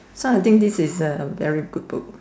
so I think this is a very good book